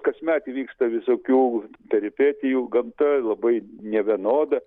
kasmet įvyksta visokių peripetijų gamta labai nevienoda